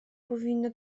powinno